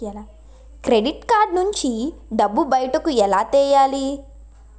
Credit card నుంచి డబ్బు బయటకు ఎలా తెయ్యలి?